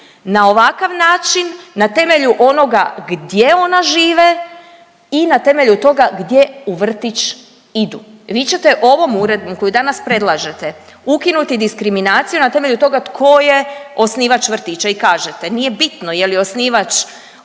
na ovakav način na temelju onoga gdje ona žive i na temelju toga gdje u vrtić idu. Vi ćete ovom Uredbom koju danas predlažete ukinuti diskriminaciju na temelju toga tko je osnivač vrtića i kažete nije bitno je li osnivač